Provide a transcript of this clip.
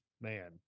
Man